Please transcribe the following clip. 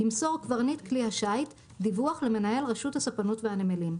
ימסור קברניט כלי השיט דיווח למנהל רשות הספנות והנמלים,